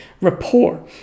rapport